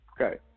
okay